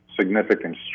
significant